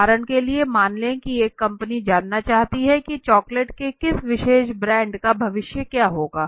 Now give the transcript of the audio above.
उदाहरण के लिए मान लें कि एक कंपनी जानना चाहती है कि चॉकलेट के किसी विशेष ब्रांड का भविष्य क्या होगा